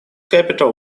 capital